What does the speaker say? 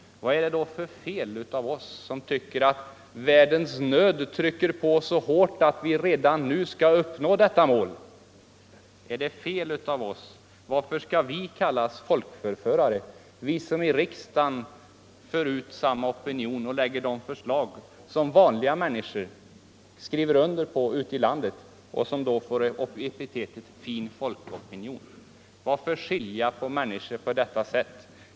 Vad är det då för fel vi gör oss skyldiga till som tycker att världens nöd trycker på så hårt att vi redan nu skall nå detta mål? Är det fel av oss? Varför skall vi kallas folkförförare? Vi företräder i riksdagen samma opinion och lägger fram samma förslag som människor ute i landet ansluter sig till och då får epitetet ”fin folkopinion”. Varför skilja på människor på detta sätt?